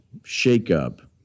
shakeup